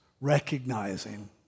recognizing